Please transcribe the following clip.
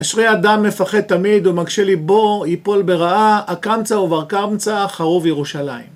אשרי אדם מפחד תמיד ומקשה לבו, ייפול ברעה, הקמצא ובר קמצא, חרוב ירושלים.